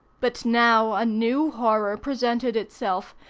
but now a new horror presented itself,